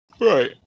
right